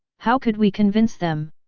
how could we convince them!